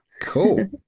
cool